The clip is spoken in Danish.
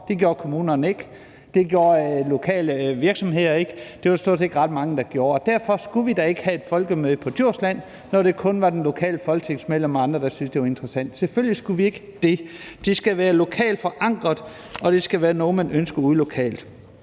Det gjorde kommunerne ikke, det gjorde lokale virksomheder ikke, det var der stort set ikke ret mange der gjorde. Og derfor skulle vi da ikke have et folkemøde på Djursland, når det kun var det lokale folketingsmedlem og andre, der syntes, det var interessant – selvfølgelig skulle vi ikke det; det skal være lokalt forankret, og det skal være noget, man ønsker ude lokalt.